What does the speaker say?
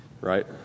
Right